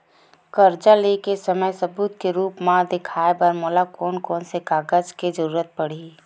कर्जा ले के समय सबूत के रूप मा देखाय बर मोला कोन कोन से कागज के जरुरत पड़ही?